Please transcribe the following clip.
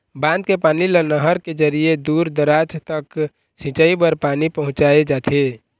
बांध के पानी ल नहर के जरिए दूर दूराज तक सिंचई बर पानी पहुंचाए जाथे